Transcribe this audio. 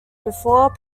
before